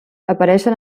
apareixen